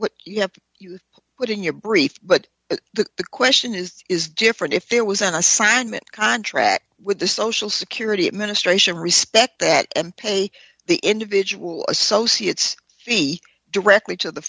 what you have you put in your brief but the question is is different if it was an assignment contract with the social security administration respect that and pay the individual associates fee directly to the